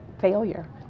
failure